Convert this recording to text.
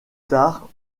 tard